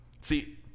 See